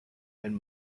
and